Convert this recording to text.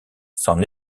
s’en